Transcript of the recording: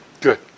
Good